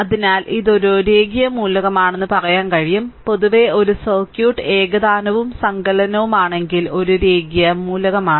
അതിനാൽ ഇത് ഒരു രേഖീയ മൂലകമാണെന്ന് പറയാൻ കഴിയും പൊതുവേ ഒരു സർക്യൂട്ട് ഏകതാനവും സങ്കലനവുമാണെങ്കിൽ ഒരു രേഖീയ മൂലകമാണ്